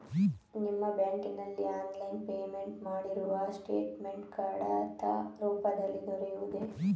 ನಿಮ್ಮ ಬ್ಯಾಂಕಿನಲ್ಲಿ online payment ಮಾಡಿರುವ ಸ್ಟೇಟ್ಮೆಂಟ್ ಕಡತ ರೂಪದಲ್ಲಿ ದೊರೆಯುವುದೇ?